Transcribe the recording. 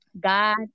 God